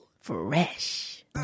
Fresh